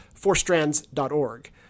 fourstrands.org